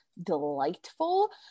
delightful